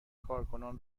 کارکنان